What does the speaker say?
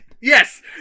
Yes